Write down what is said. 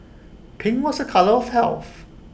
pink was A colour of health